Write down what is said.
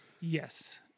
Yes